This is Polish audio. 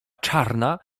czarna